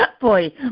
Boy